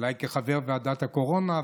אולי כחבר ועדת הקורונה,